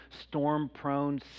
storm-prone